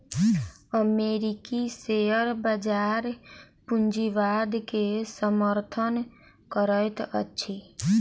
अमेरिकी शेयर बजार पूंजीवाद के समर्थन करैत अछि